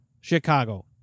Chicago